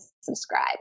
subscribe